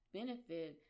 benefit